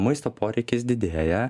maisto poreikis didėja